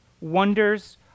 wonders